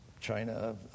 China